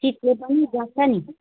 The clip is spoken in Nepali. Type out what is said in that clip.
सिक्नु पनि पर्छ नि